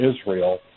Israel